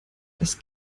das